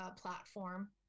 platform